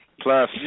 Plus